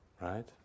right